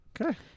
okay